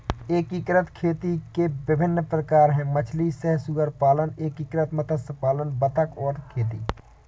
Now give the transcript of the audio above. एकीकृत खेती के विभिन्न प्रकार हैं मछली सह सुअर पालन, एकीकृत मत्स्य पालन बतख और खेती